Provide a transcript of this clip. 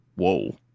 whoa